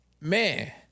man